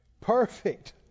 perfect